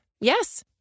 Yes